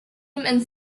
and